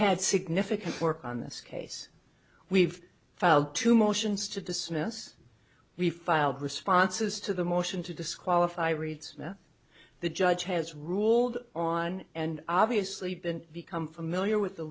had significant work on this case we've filed two motions to dismiss we filed responses to the motion to disqualify reads that the judge has ruled on and obviously been become familiar with the